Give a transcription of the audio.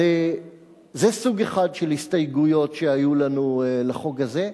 זה סוג אחד של הסתייגויות שהיו לנו לחוק הזה.